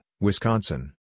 Wisconsin